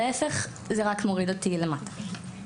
להפך זה רק מוריד אותי למטה,